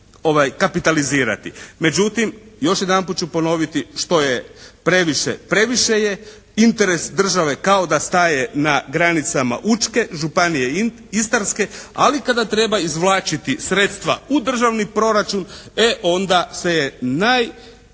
Međutim, još jedanput ću ponoviti što je previše, previše je. Interes države kao da staje na granicama Učke, Županije istarske. Ali kada treba izvlačiti sredstva u državni proračun, e onda je najdjelotvornije